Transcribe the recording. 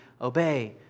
obey